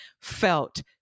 felt